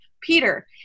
Peter